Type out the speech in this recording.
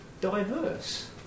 diverse